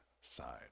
side